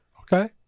Okay